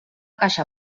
caixa